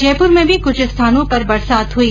जयपुर में भी कुछ स्थानों पर बरसात हई